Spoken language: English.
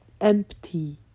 empty